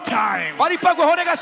time